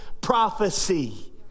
prophecy